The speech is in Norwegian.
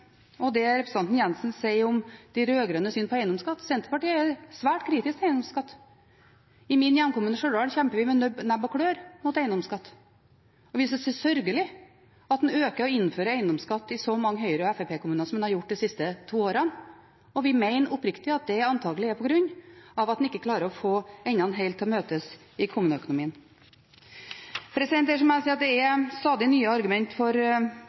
og det representanten Jenssen sier om de rød-grønnes syn på eiendomsskatt. Senterpartiet er svært kritisk til eiendomsskatt. I min hjemkommune, Stjørdal, kjemper vi med nebb og klør mot eiendomsskatt, og vi synes det er sørgelig at en øker og innfører eiendomsskatt i så mange Høyre- og Fremskrittsparti-kommuner som en har gjort de siste to årene. Og vi mener oppriktig at det antagelig er på grunn av at en ikke klarer å få endene helt til å møtes i kommuneøkonomien. Ellers må jeg si at det er stadig nye argumenter for